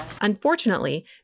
Unfortunately